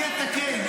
אני אתקן.